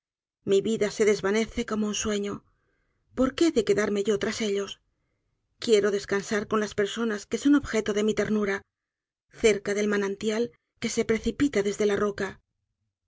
mi vida se desvanece como un sueño porqué he de quedarme yo tras ellos quiero descansar con las personas que son objeto de mi ternura cerca del manantial que se precipita desde la roca